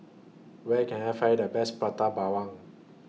Where Can I Find The Best Prata Bawang